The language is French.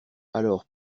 alors